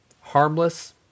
harmless